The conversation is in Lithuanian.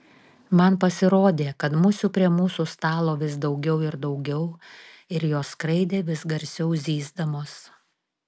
man pasirodė kad musių prie mūsų stalo vis daugiau ir daugiau ir jos skraidė vis garsiau zyzdamos